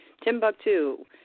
Timbuktu